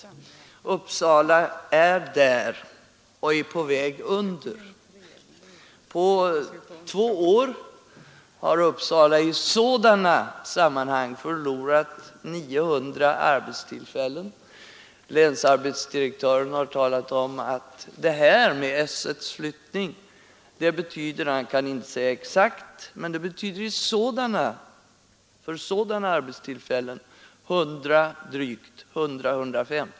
Uppsala är där och är på väg under den gränsen. På två år har Uppsala i sådana sammanhang förlorat 900 arbetstillfällen. Länsarbetsdirektören har talat om att S 1:s flyttning betyder att ungefär 100—150 — han kan inte säga exakt — sådana arbetstillfällen försvinner.